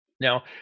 Now